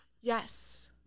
Yes